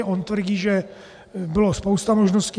On tvrdí, že bylo spousta možností.